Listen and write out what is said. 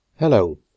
Hello